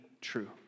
true